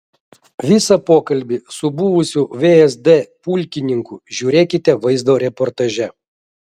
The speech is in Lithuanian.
visą pokalbį su buvusiu vsd pulkininku žiūrėkite vaizdo reportaže